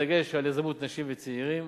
בדגש על יזמות נשים וצעירים,